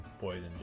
Poison